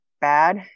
bad